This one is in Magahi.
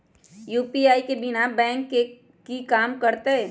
यू.पी.आई बिना बैंक के भी कम करतै?